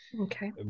Okay